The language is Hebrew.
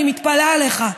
אני מתפלאה עליך.